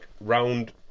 round